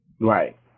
Right